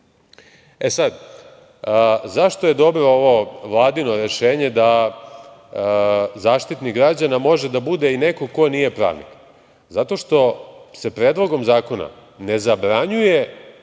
sud.Zašto je dobro ovo Vladino rešenje da Zaštitnik građana može da bude i neko ko nije pravnik? Zato što se Predlogom zakona ne zabranjuje